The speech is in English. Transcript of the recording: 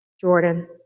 Jordan